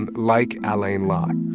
and like alain locke